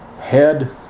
head